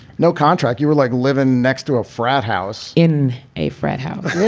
no contract. you were like living next to a frat house. in a frat house.